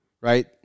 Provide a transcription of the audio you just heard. Right